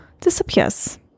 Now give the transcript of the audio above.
disappears